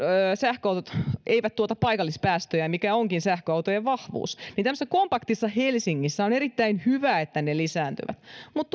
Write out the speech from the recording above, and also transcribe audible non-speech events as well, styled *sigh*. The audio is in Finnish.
sähköautot eivät tuota paikallispäästöjä mikä onkin sähköautojen vahvuus *unintelligible* *unintelligible* *unintelligible* niin esimerkiksi tämmöisessä kompaktissa helsingissä on erittäin hyvä että ne lisääntyvät *unintelligible* *unintelligible* *unintelligible* *unintelligible* *unintelligible* mutta *unintelligible*